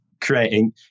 creating